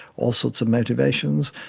all sorts of motivations,